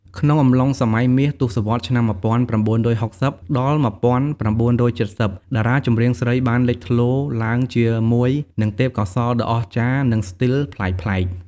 ក្នុងអំឡុងសម័យមាស ទសវត្សរ៍ឆ្នាំ ១៩៦០ ដល់ ១៩៧០ តារាចម្រៀងស្រីបានលេចធ្លោឡើងជាមួយនឹងទេពកោសល្យដ៏អស្ចារ្យ និងស្ទីលប្លែកៗ។